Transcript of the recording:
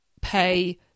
pay